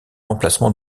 emplacement